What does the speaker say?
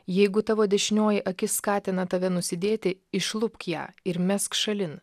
jeigu tavo dešinioji akis skatina tave nusidėti išlupk ją ir mesk šalin